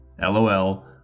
LOL